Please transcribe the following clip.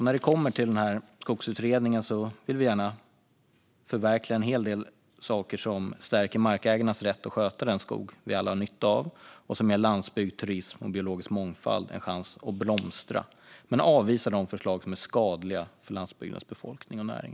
När det kommer till skogsutredningen vill vi gärna förverkliga en hel del saker som stärker markägarnas rätt att sköta den skog som vi alla har nytta av och som ger landsbygd, turism och biologisk mångfald en chans att blomstra, men avvisar de förslag som är skadliga för landsbygdens befolkning och näring.